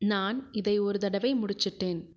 நான் இதை ஒரு தடவை முடிச்சுவிட்டேன்